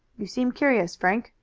you seem curious, frank,